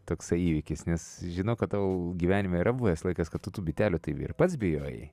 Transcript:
toksai įvykis nes žinau kad tavo gyvenime yra buvęs laikas kada tu tų bitelių tai ir pats bijojai